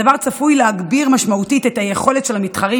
הדבר צפוי להגביר משמעותית את היכולת של המתחרים